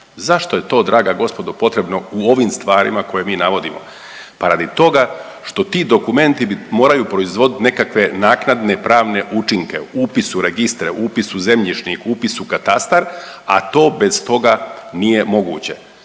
Zašto je to draga gospodo potrebno u ovim stvarima koje mi navodimo? Pa radi toga što ti dokumenti moraju proizvoditi nekakve naknadne pravne učinke upis u registre, upis u zemljišnik, upis u katastar, a to bez toga nije moguće.